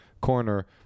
corner